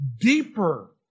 deeper